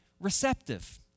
receptive